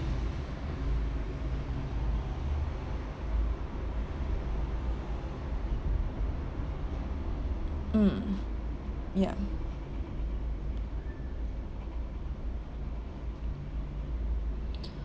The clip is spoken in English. mm ya